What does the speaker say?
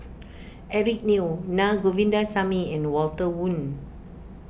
Eric Neo Naa Govindasamy and Walter Woon